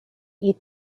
eat